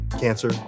cancer